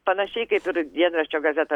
panašiai kaip ir dienraščio gazeta